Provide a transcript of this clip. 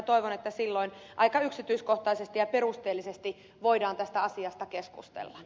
toivon että silloin aika yksityiskohtaisesti ja perusteellisesti voidaan tästä asiasta keskustella